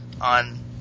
on